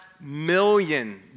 million